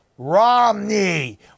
Romney